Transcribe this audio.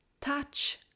touch